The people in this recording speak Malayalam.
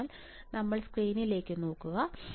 അതിനാൽ നമ്മൾ സ്ക്രീനിലേക്ക് നോക്കുക